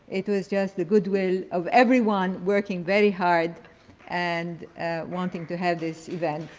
it was just the goodwill of everyone working very hard and wanting to have this event